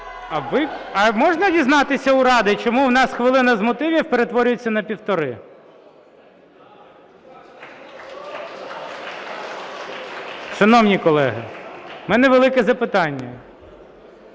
А можна дізнатися у Ради, чому у нас хвилина з мотивів перетворюється на півтори? (Шум у залі) Шановні колеги, у мене велике запитання.